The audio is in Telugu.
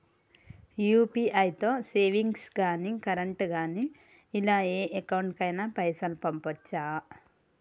యూ.పీ.ఐ తో సేవింగ్స్ గాని కరెంట్ గాని ఇలా ఏ అకౌంట్ కైనా పైసల్ పంపొచ్చా?